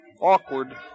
awkward